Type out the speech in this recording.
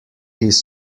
his